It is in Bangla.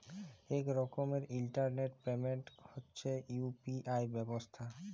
ইক রকমের ইলটারলেট পেমেল্ট হছে ইউ.পি.আই ব্যবস্থা